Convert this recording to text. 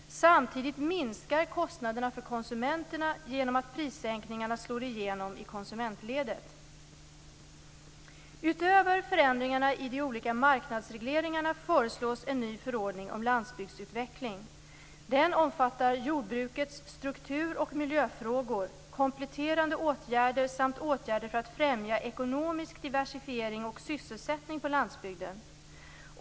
Samtidigt minskar kostnaderna för konsumenterna genom att prissänkningarna slår igenom i konsumentledet. Utöver förändringarna i de olika marknadsregleringarna föreslås en ny förordning om landsbygdsutveckling. Den omfattar jordbrukets struktur och miljöfrågor, kompletterande åtgärder samt åtgärder för att främja ekonomisk diversifiering och sysselsättning på landsbygden.